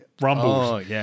rumbles